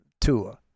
tour